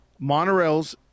Monorails